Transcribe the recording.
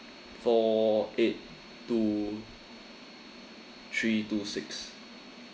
four eight two three two six